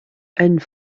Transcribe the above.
and